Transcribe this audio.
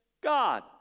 God